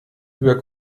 über